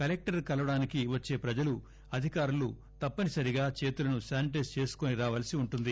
collector కలవడానికి వచ్చే ప్రజలు అధికారులు తప్పని సరిగా చేతితో తాకకుండా శానిటైజ్ చేసుకొని రావాల్సి ఉంటుంది